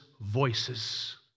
voices